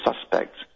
suspects